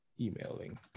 emailing